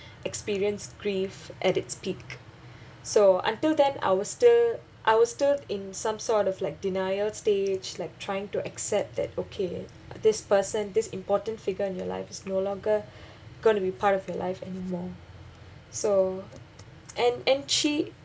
experience grief at its peak so until that I was still I was still in some sort of like denial stage like trying to accept that okay this person this important figure in your life is no longer going to be part of your life anymore so and and she